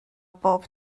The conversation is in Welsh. bob